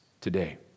today